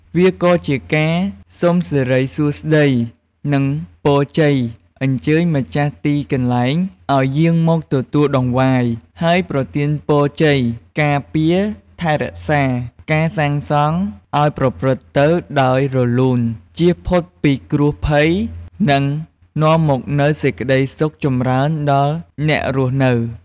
វាក៏ជាកាសុំសិរីសួស្តី និងពរជ័យ អញ្ជើញម្ចាស់ទីកន្លែងឲ្យយាងមកទទួលតង្វាយ ហើយប្រទានពរជ័យ ការពារថែរក្សា ការសាងសង់ឲ្យប្រព្រឹត្តទៅដោយរលូន ជៀសផុតពីគ្រោះភ័យ និងនាំមកនូវសេចក្តីសុខចម្រើនដល់អ្នករស់នៅ។